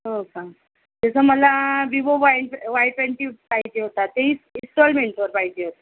हो का तसं मला विवो वाय वाय ट्वेंटी पाहिजे होता तेही इस्टॉलमेन्टवर पाहिजे होता